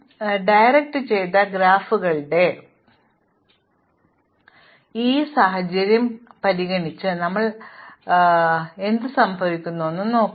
അതിനാൽ സംവിധാനം ചെയ്ത ഗ്രാഫുകളുമായുള്ള ഈ സാഹചര്യം കുറച്ചുകൂടി പൂരകമാണ് അതിനാൽ ഞങ്ങൾ സംവിധാനം ചെയ്ത ഗ്രാഫിൽ സൈക്കിളായിരിക്കുമ്പോൾ എന്തുസംഭവിക്കുമെന്ന് നോക്കാം